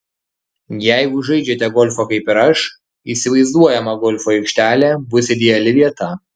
jeigu žaidžiate golfą kaip ir aš įsivaizduojama golfo aikštelė bus ideali vieta